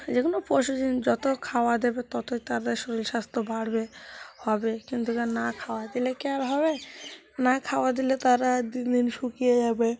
যে কোনো পশু যত খাওয়া দেবে ততই তাদের শরীর স্বাস্থ্য বাড়বে হবে কিন্তু তাদের না খাওয়া দিলে কি আর হবে না খাওয়া দিলে তারা দিন দিন শুকিয়ে যাবে